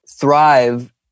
thrive